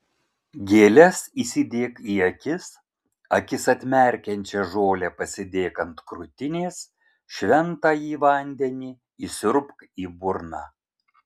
gėles įsidėk į akis akis atmerkiančią žolę pasidėk ant krūtinės šventąjį vandenį įsiurbk į burną